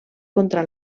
contra